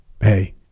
hey